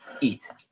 eat